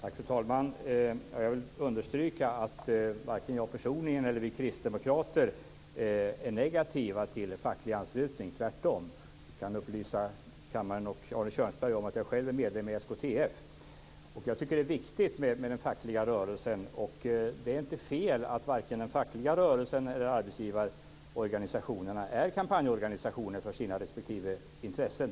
Fru talman! Jag vill understryka att varken jag personligen eller vi kristdemokrater är negativa till facklig anslutning, tvärtom. Jag kan upplysa kammaren och Arne Kjörnsberg om att jag själv är medlem i SKTF. Jag tycker att det är viktigt med den fackliga rörelsen. Det är inte fel att vare sig den fackliga rörelsen eller arbetsgivarorganisationerna är kampanjorganisationer för sina respektive intressen.